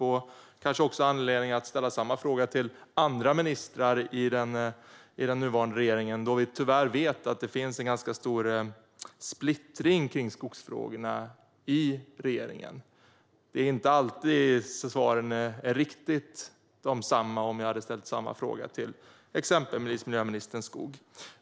Jag kanske även kommer att få anledning att ställa samma fråga till andra ministrar i den nuvarande regeringen, då vi tyvärr vet att det finns en ganska stor splittring kring skogsfrågorna i regeringen. Det är inte alltid svaren blir riktigt desamma om man ställer samma fråga till exempelvis miljöminister Skog.